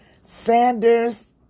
Sanders